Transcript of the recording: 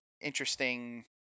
interesting